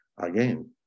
again